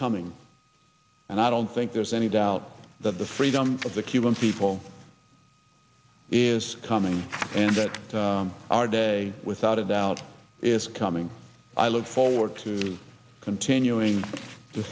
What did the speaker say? coming and i don't think there's any doubt that the freedom of the cuban people is coming and that our day without a doubt is coming i look forward to continuing to